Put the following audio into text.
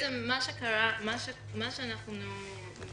אני אסביר